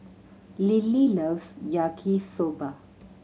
Lillie loves Yaki Soba